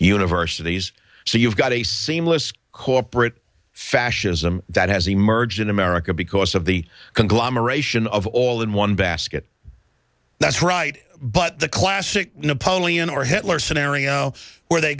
universities so you've got a seamless corporate fascism that has emerged in america because of the conglomeration of all in one basket that's right but the classic napoleon or hitler scenario where they